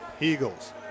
Eagles